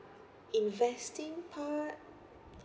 investing part